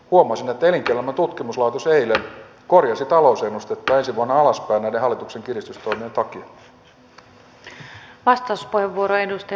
huomasin että elinkeinoelämän tutkimuslaitos eilen korjasi talousennustettaan ensi vuonna alaspäin näiden hallituksen kiristystoimien takia